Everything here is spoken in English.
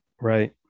Right